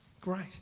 great